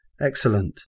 excellent